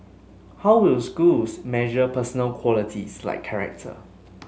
how will schools measure personal qualities like character